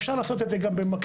אפשר לעשות את זה גם במקביל.